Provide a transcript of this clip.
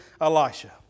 Elisha